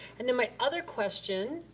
and then my other question,